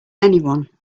anyone